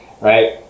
right